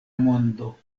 mondo